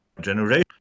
generation